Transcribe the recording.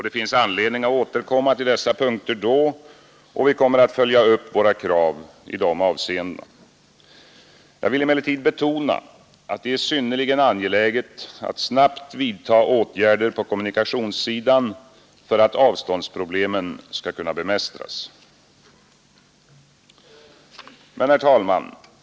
Det finns anledning att återkomma till dessa punkter då, och vi kommer att följa upp våra krav i dessa avseenden. Jag vill emellertid betona att det är synnerligen angeläget att snabbt vidta åtgärder på kommunikationssidan för att avståndsproblemen skall kunna bemästras. Herr talman!